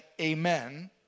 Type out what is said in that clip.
amen